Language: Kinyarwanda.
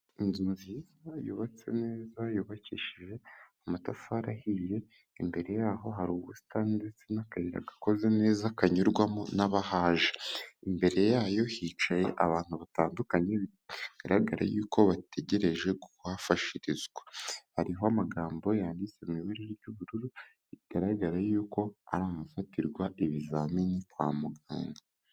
Inzu nziza yubatse neza, yubakishije amatafari ahiye, imbere yaho hari ubusitani ndetse n'akayira gakoze neza, kanyurwamo n'abahaje, imbere yayo hicaye abantu batandukanye, bigaragara yuko bategereje kuhafashirizwa, hariho amagambo yanditse mu ibara ry'ubururu, bigaragara yuko ari ahafatirwa ibizamini kwa muganga.